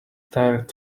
tired